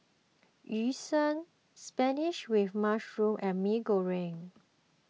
Yu Sheng Spinach with Mushroom and Mee Goreng